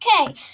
Okay